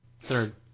third